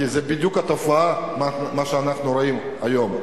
כי זו בדיוק התופעה שאנחנו רואים היום.